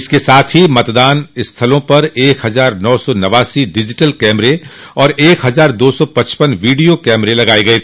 इसके साथ ही मतदान स्थलों पर एक हजार नौ सौ नवासी डिजिटल कैमरे और एक हजार दो सौ पचपन वीडियो कैमरे लगाये गये